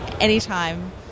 anytime